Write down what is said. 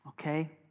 okay